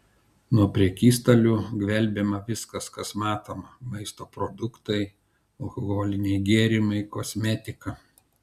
nuo prekystalių gvelbiama viskas kas matoma maisto produktai alkoholiniai gėrimai kosmetika